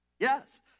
Yes